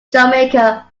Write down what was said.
jamaica